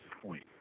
point